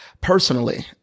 Personally